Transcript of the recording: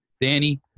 Danny